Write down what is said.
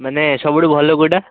ମାନେ ସବୁଠୁ ଭଲ କେଉଁଟା